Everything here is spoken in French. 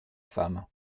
femme